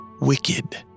wicked